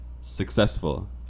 successful